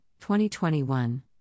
2021